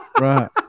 Right